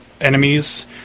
enemies